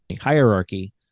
hierarchy